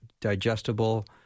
digestible